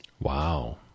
Wow